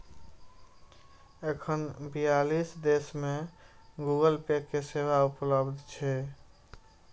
एखन बियालीस देश मे गूगल पे के सेवा उपलब्ध छै